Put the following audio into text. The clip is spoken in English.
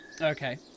Okay